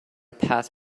path